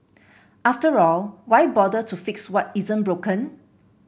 after all why bother to fix what isn't broken